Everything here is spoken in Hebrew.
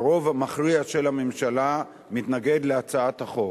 והרוב המכריע של הממשלה מתנגד להצעת החוק.